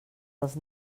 els